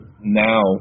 now